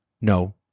No